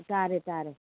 ꯇꯥꯔꯦ ꯇꯥꯔꯦ